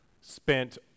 spent